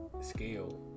scale